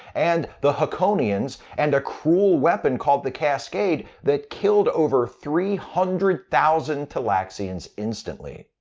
and the haakonians, and a cruel weapon called the cascade that killed over three hundred thousand talaxians instantly.